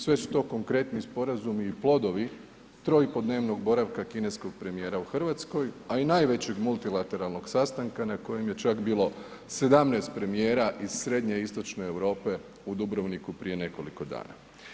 Sve su to konkretni sporazumi i plodovi troipodnevnog boravka kineskog premijera u Hrvatskoj, a i najvećeg multilateralnog sastanka na kojem je čak bilo 17 premijera iz Srednje i Istočne Europe u Dubrovniku prije nekoliko dana.